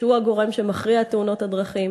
שהוא הגורם שמכריע בתאונות הדרכים.